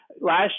Last